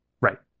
right